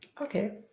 Okay